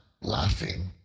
laughing